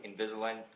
Invisalign